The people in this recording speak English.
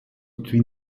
between